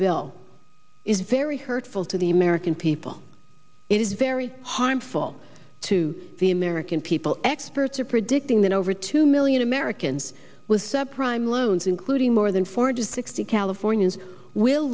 bill is very hurtful to the american people it is very harmful to the american people experts are predicting that over two million americans with sub prime loans including more than four to sixty california